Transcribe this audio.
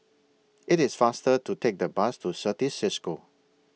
IT IS faster to Take The Bus to Certis CISCO